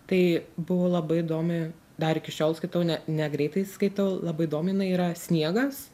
tai buvo labai įdomi dar iki šiol skaitau ne negreitai skaitau labai įdomi jinai yra sniegas